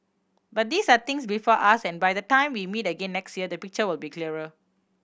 but these are things before us and by the time we meet again next year the picture will be clearer